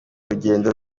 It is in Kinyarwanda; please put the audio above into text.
urugendo